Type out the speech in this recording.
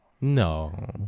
No